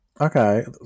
Okay